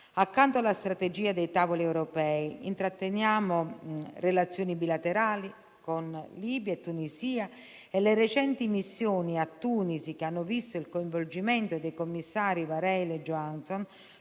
Accanto alla strategia dei tavoli europei, intratteniamo relazioni bilaterali con Libia e Tunisia e le recenti missioni a Tunisi, che hanno visto il coinvolgimento dei commissari Várhelyi e Johansson,